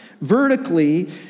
Vertically